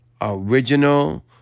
original